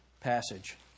passage